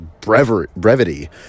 brevity